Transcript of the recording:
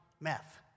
meth